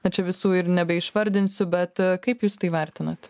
tačiau visų ir nebeišvardinsiu bet a kaip jūs tai vertinat